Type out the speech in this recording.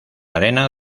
arena